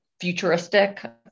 futuristic